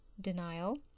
denial